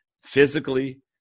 Physically